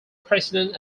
president